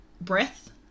Breath